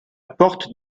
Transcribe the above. porte